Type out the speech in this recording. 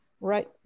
Right